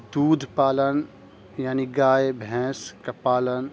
دودھ پالن یعنی گائے بھینس کا پالن